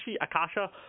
Akasha